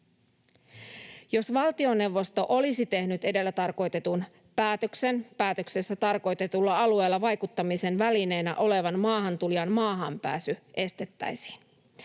Jos valtioneuvosto olisi tehnyt edellä tarkoitetun päätöksen, päätöksessä tarkoitetulla alueella vaikuttamisen välineenä olevan maahantulijan maahanpääsy estettäisiin.